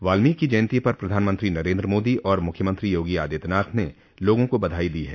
वाल्मीकि जयन्ती पर प्रधानमंत्री नरेन्द्र मोदी और मुख्यमंत्री योगी अदित्यनाथ ने लोगों को बधाई दी है